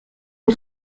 une